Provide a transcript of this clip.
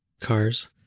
cars